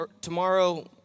tomorrow